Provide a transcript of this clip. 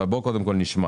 אבל, בואו קודם כול נשמע.